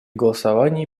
голосовании